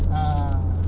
ah